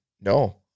No